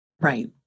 right